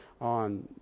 on